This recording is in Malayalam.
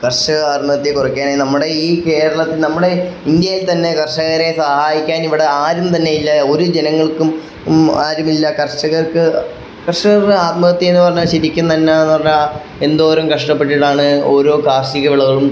കർഷക ആത്മഹത്യ കുറയ്ക്കാനായി നമ്മുടെ ഈ കേരളത്തിൽ നമ്മുടെ ഇന്ത്യയിൽ തന്നെ കർഷകരെ സഹായിക്കാന് ഇവിടെ ആരും തന്നെയില്ല ഒരു ജനങ്ങൾക്കും ആരുമില്ല കർഷകർക്ക് കർഷകരുടെ ആത്മഹത്യ എന്ന് പറഞ്ഞാൽ ശെരിക്കും തന്നെ എന്ന് പറഞ്ഞാൽ എന്തോരം കഷ്ടപ്പെട്ടിട്ടാണ് ഓരോ കാർഷിക വിളകളും